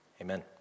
Amen